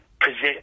present